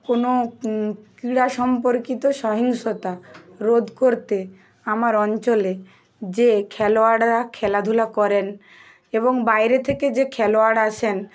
কোন ক্রীড়া সম্পর্কিত সহিংসতা রোধ করতে আমার অঞ্চলে যে খেলোয়াড়রা খেলাধুলা করেন এবং বাইরে থেকে যে খেলোয়াড় আসেন